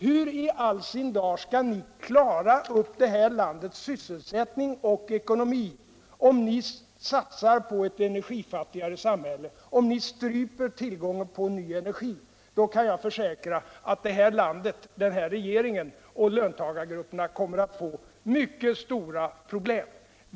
Hur i all sin dar skall ni klara upp detta lands sysselsättning och ckonomi om ni satsar på ett energifattigare samhiälle, om ni stryper tillgången på ny energi? Då kan jag försäkra att det här landet. den här regeringen och löntagargrupperna kommer att få mycket stora problem.